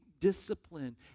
discipline